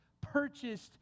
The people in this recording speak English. purchased